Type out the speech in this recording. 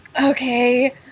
Okay